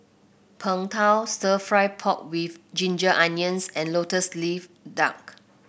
Png Tao stir fry pork with Ginger Onions and lotus leaf duck